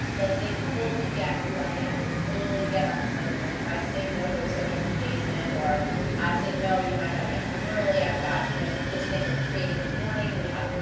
like, they fully get who i am. they fully get i'm committed and if i say no to a social engagement or i say you know, i gotta get home early. i've got, you know, this thing we're creating in the morning. we have, ah